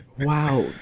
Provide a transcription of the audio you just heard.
Wow